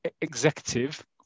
executive